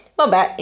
vabbè